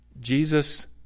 Jesus